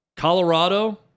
Colorado